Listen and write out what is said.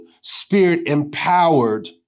spirit-empowered